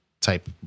type